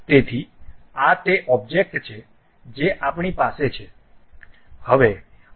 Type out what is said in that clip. તેથી આ તે ઓબ્જેક્ટ છે જે આપણી પાસે છે